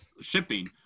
shipping